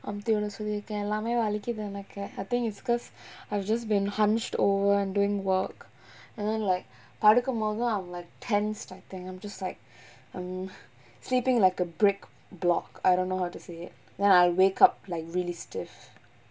அம்த்தி விட சொல்லீருக்கேன் எல்லாமே வலிக்குது எனக்குது:amthi vida solleerukkaen ellamae valikuthu enakku I think it's cause I've just been hunched over and doing work and then like படுக்க மோதும்:padukka mothum I'm like tensed I think I'm just like I'm sleeping like a brick block I don't know how to say it like I wake up like really stiff